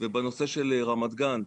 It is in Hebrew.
בנושא של רמת גן,